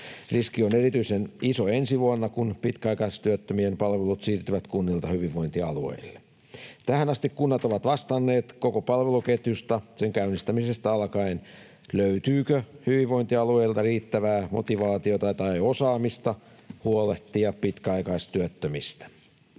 Riski on erityisen iso ensi vuonna, kun pitkäaikaistyöttömien palvelut siirtyvät kunnilta hyvinvointialueille. Tähän asti kunnat ovat vastanneet koko palveluketjusta sen käynnistämisestä alkaen. Löytyykö hyvinvointialueilta riittävää motivaatiota tai osaamista huolehtia pitkäaikaistyöttömistä?